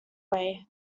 way